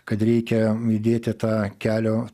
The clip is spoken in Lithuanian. kad reikia įdėti tą kelio